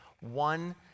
One